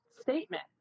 statement